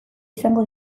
izango